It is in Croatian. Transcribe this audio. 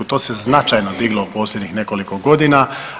To se značajno diglo u posljednjih nekoliko godina.